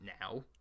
now